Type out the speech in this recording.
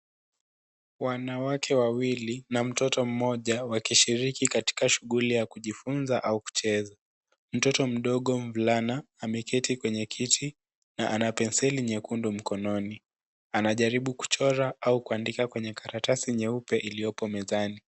Wanawake wawili na mtoto mmoja wakishiriki katika shughuli ya kujifunza au kucheza. Mtoto mdogo mvulana ameketi kwenye kiti na ana penseli nyekundu mkononi. Anajaribu kuchora au kuandika karatasi nyeupe iliyopo mezani.